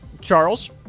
Charles